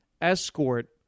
escort